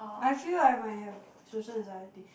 I feel like might have social anxiety